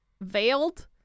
Veiled